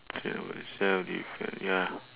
train myself define ya